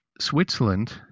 Switzerland